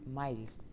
miles